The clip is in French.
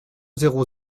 zéro